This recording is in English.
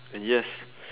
and yes